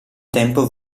tempo